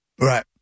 right